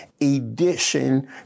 edition